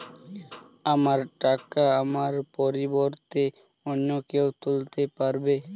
আমার টাকা আমার পরিবর্তে অন্য কেউ তুলতে পারবে?